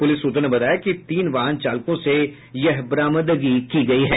police सूत्रों ने बताया कि तीन वाहन चालकों से यह बरामदगी की गयी है